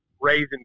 raising